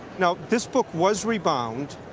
now, this book was rebound.